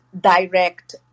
direct